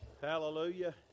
Hallelujah